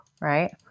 Right